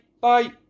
Bye